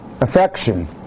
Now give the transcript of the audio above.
Affection